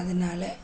அதனால